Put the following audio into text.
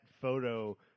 photo